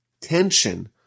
tension